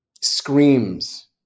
screams